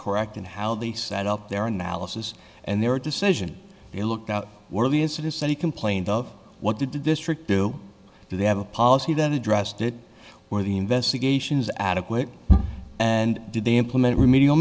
correct in how they set up their analysis and their decision they looked out the incident said he complained of what the district do do they have a policy that addressed it where the investigation is adequate and did they implement remedial